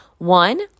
One